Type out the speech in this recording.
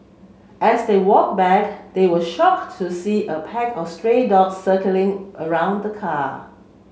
as they walk back they were shocked to see a pack of stray dogs circling around the car